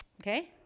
Okay